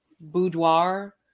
boudoir